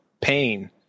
pain